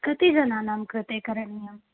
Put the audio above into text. कति जनानां कृते करणीयम्